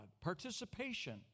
Participation